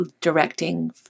directing